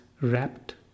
wrapped